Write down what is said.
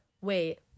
Wait